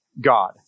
God